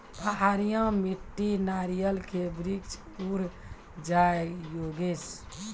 पहाड़िया मिट्टी नारियल के वृक्ष उड़ जाय योगेश?